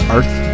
Earth